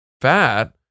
fat